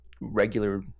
regular